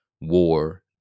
war